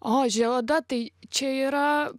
ožio oda tai čia yra